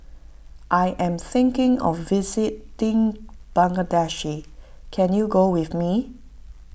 I am thinking of visiting Bangladesh can you go with me